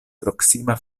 proksima